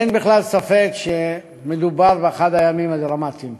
אין בכלל ספק שמדובר באחד הימים הדרמטיים.